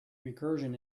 recursion